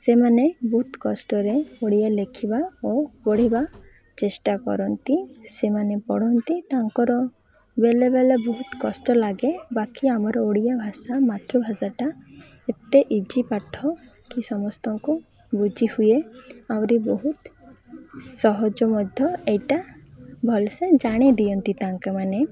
ସେମାନେ ବହୁତ କଷ୍ଟରେ ଓଡ଼ିଆ ଲେଖିବା ଓ ପଢ଼ିବା ଚେଷ୍ଟା କରନ୍ତି ସେମାନେ ପଢ଼ନ୍ତି ତାଙ୍କର ବେଳେ ବେଳେ ବହୁତ କଷ୍ଟ ଲାଗେ ବାକି ଆମର ଓଡ଼ିଆ ଭାଷା ମାତୃଭାଷାଟା ଏତେ ଇଜି ପାଠ କି ସମସ୍ତଙ୍କୁ ବୁଝି ହୁଏ ଆହୁରି ବହୁତ ସହଜ ମଧ୍ୟ ଏଇଟା ଭଲସେ ଜାଣି ଦିଅନ୍ତି ତାଙ୍କମାନେ